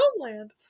homeland